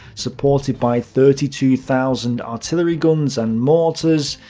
supported by thirty two thousand artillery guns and mortars,